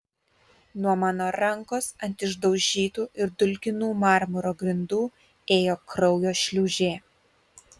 nuo mano rankos ant išdaužytų ir dulkinų marmuro grindų ėjo kraujo šliūžė